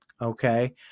okay